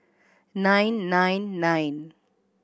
nine nine nine